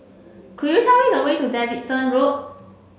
could you tell me the way to Davidson Road